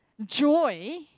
joy